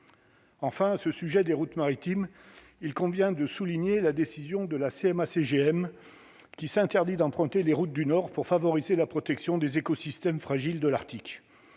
Enfin ce sujet des routes maritimes, il convient de souligner la décision de la CMA CGM, qui s'interdit d'emprunter les routes du Nord pour favoriser la protection des écosystèmes fragiles de l'Arctique,